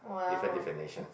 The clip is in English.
different definitions